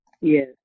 Yes